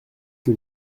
que